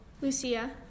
Lucia